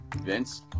Vince